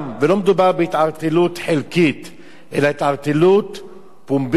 ולא מדובר בהתערטלות חלקית אלא בהתערטלות פומבית,